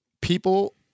people